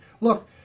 Look